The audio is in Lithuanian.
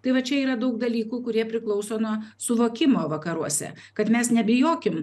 tai va čia yra daug dalykų kurie priklauso nuo suvokimo vakaruose kad mes nebijokim